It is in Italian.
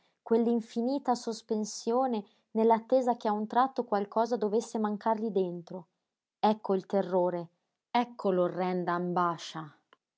sopravvenire quell'infinita sospensione nell'attesa che a un tratto qualcosa dovesse mancargli dentro ecco il terrore ecco l'orrenda ambascia